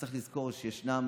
צריך לזכור שישנם